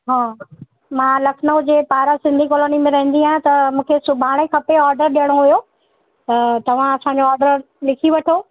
हा मां लखनऊ जे पारां सिंधी कॉलोनी में रहंदी आहियां त मूंखे सुभाणे खपे ऑडर ॾियणो हुयो तव्हां असांजो ऑडर लिखी वठो